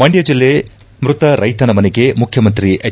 ಮಂಡ್ಡ ಜಿಲ್ಲೆ ಮೃತ ರೈತನ ಮನೆಗೆ ಮುಖ್ಯಮಂತ್ರಿ ಎಚ್